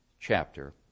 chapter